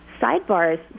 sidebars